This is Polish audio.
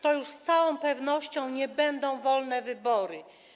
To już z całą pewnością nie będą wolne wybory.